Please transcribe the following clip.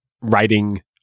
writing